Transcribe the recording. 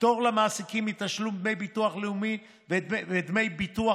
פטור למעסיקים מתשלום דמי ביטוח לאומי ודמי ביטוח